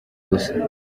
gusa